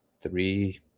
three